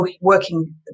working